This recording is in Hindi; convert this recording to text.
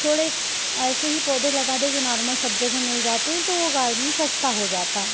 थोड़े ऐसे ही पौधों लगा दें जो नॉर्मल सब जगह मिल जाते हैं तो वो गार्डन सस्ता हो जाता है